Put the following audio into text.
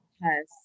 yes